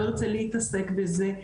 לא ירצה להתעסק בזה,